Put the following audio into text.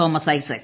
Thomas Isaac